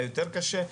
היה יותר קשה,